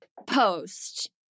post